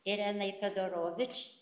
irenai fedorovič